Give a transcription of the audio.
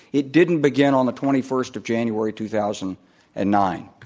it didn't begin on the twenty first of january, two thousand and nine.